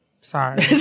Sorry